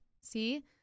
See